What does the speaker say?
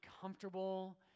comfortable